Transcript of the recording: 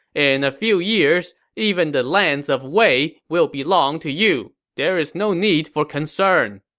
in a few years, even the lands of wei will belong to you. there is no need for concern.